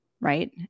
right